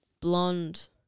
Blonde